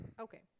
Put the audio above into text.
Okay